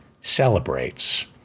celebrates